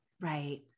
Right